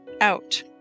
out